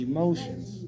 Emotions